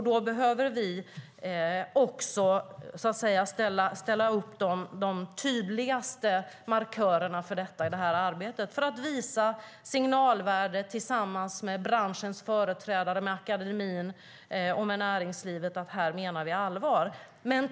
Då behöver vi ställa upp de tydligaste markörerna för detta i arbetet. Så kan vi visa signalvärdet tillsammans med branschens företrädare, med akademin och med näringslivet: Här menar vi allvar.